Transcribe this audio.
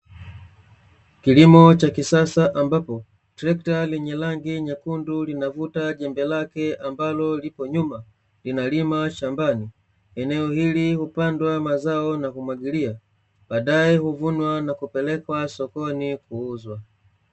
Kilimo cha kisasa ambapo trekta lenye rangi nyekundu linavuta jembe lake ambalo lipo nyuma linalima shambani, eneo hili hupandwa mazao na kumwagilia badae hupelekwa sokoni kuuzwa.